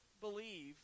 believe